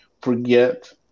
forget